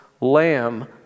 Lamb